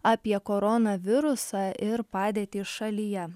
apie koronavirusą ir padėtį šalyje